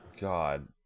God